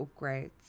upgrades